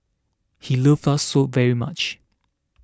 he loved us so very much